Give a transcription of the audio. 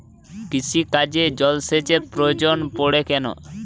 কৃষিকাজে জলসেচের প্রয়োজন পড়ে কেন?